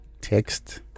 text